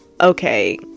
okay